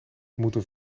moeten